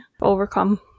overcome